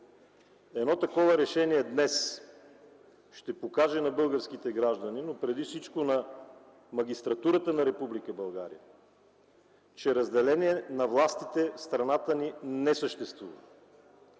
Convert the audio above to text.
Едно такова решение днес ще покаже на българските граждани, но преди всичко на магистратурата на Република България, че разделение на властите в страната ни не съществува;